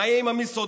מה יהיה עם המסעדות?